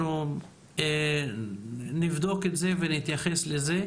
אנחנו נבדוק את זה ונתייחס לזה,